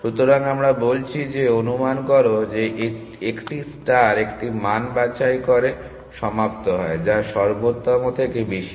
সুতরাং আমরা বলছি যে অনুমান করো যে একটি ষ্টার একটি মান বাছাই করে সমাপ্ত হয় যা সর্বোত্তম থেকে বেশি